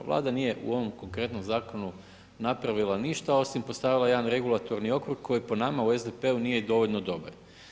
Vlada nije u ovom konkretnom zakonu napravila ništa osim postavila jedan regulatorni okvir koji po nama u SDP-u nije dovoljno dobar.